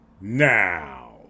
Now